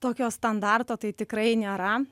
tokio standarto tai tikrai nėra